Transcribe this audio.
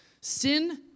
Sin